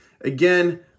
Again